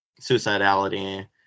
suicidality